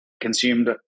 consumed